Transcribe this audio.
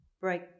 break